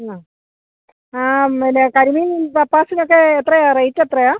പിന്നെ കരിമീൻ മപ്പാസിനക്കെ എത്രയാണ് റേയ്റ്റെത്രയാണ്